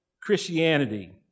Christianity